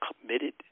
committed